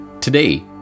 Today